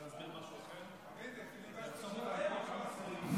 עמית, אולי מילה על הספריות הציבוריות?